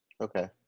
okay